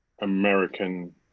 American